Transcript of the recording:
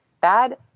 bad